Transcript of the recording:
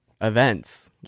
events